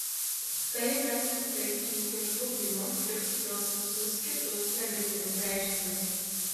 tai ves tiktai į ūkio žlugdymą ir sukels visus kitus negatyvius reiškinius